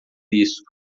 isso